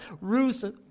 Ruth